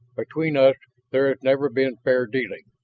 between us there has never been fair dealing.